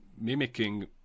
mimicking